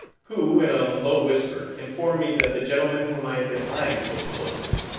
who, in a low whisper, informed me that the gentleman whom i had been eyeing so closely,